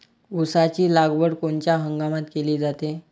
ऊसाची लागवड कोनच्या हंगामात केली जाते?